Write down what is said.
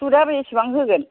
सुतआ बेसेबां होगोन